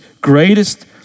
greatest